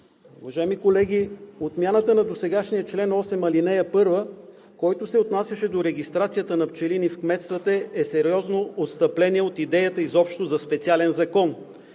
Уважаеми колеги, отмяната на досегашния чл. 8, ал. 1, който се отнасяше до регистрацията на пчелини в кметствата, е сериозно отстъпление от идеята изобщо за специален закон.